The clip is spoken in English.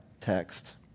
text